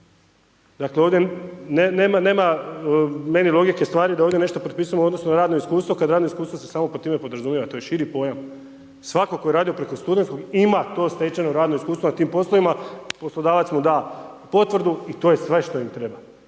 Dakle, ovdje nema meni logike stvari da ovdje je nešto propisano u odnosu na radno iskustvo kad iskustvo se samo pod time podrazumijeva, to je širi pojam, svatko tko je radio preko studentskog, ima to stečeno radno iskustvo nad tim poslovima, poslodavac mu da potvrdu i to je sve što im treba